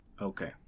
Okay